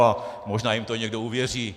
A možná jim to někdo uvěří.